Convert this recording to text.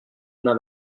una